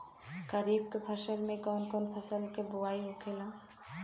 खरीफ की फसल में कौन कौन फसल के बोवाई होखेला?